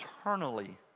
eternally